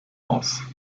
aus